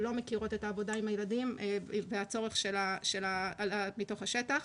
מכירות את העבודה עם הילדים והצורך עלה מתוך השטח.